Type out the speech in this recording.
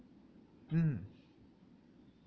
mm